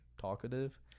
talkative